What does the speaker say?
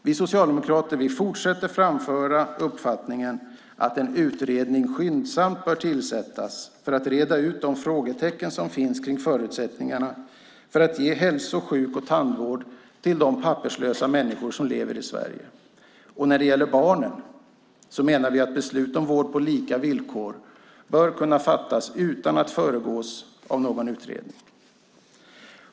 Vi socialdemokrater fortsätter att framföra uppfattningen att en utredning skyndsamt bör tillsättas för att räta ut de frågetecken som finns när det gäller förutsättningarna för att ge hälso-, sjuk och tandvård till de papperslösa människor som lever i Sverige. När det gäller barnen menar vi att beslut om vård på lika villkor bör kunna fattas utan att föregås av någon utredning.